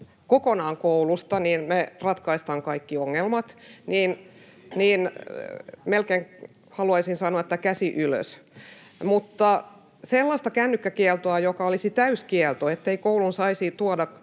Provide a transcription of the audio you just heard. kokonaan koulusta me ratkaistaan kaikki ongelmat, niin melkein haluaisin sanoa, että käsi ylös. Sellaista kännykkäkieltoa, joka olisi täyskielto, ettei kouluun saisi tuoda kännykkää